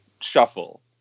shuffle